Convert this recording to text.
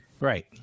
Right